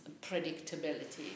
predictability